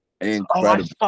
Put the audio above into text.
Incredible